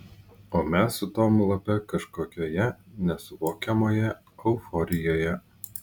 o mes su tomu lape kažkokioje nesuvokiamoje euforijoje